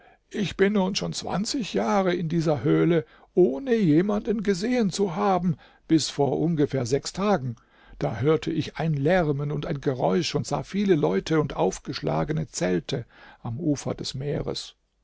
ich bin nun schon zwanzig jahre in dieser höhle ohne jemanden gesehen zu haben bis vor ungefähr sechs tagen da hörte ich ein lärmen und ein geräusch und sah viele leute und aufgeschlagene zelte am ufer des meeres